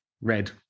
red